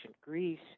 Greece